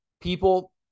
people